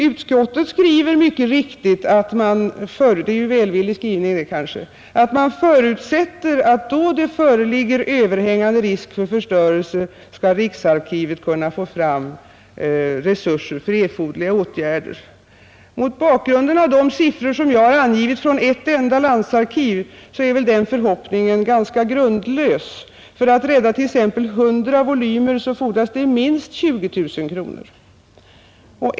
Utskottet skriver mycket riktigt — kanske är det en välvillig skrivning — att riksarkivet då överhängande risk för förstörelse föreligger skall kunna få resurser för erforderliga åtgärder. Mot bakgrund av de siffror som jag har angivit från ett enda landsarkiv är väl den förhoppningen ganska grundlös. För att rädda t.ex. 100 volymer fordras minst 20 000 kronor.